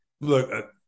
look